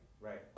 right